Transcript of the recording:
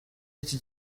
iki